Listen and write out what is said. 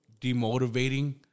demotivating